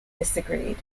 disagreed